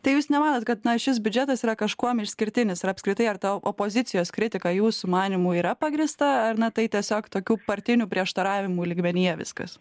tai jūs nemanot kad na šis biudžetas yra kažkuom išskirtinis ir apskritai ar ta opozicijos kritika jūsų manymu yra pagrįsta ar na tai tiesiog tokių partinių prieštaravimų lygmenyje viskas